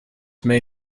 may